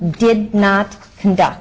did not conduct